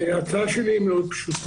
ההצעה שלי היא מאוד פשוטה.